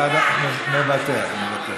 מוותר.